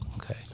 Okay